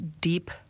deep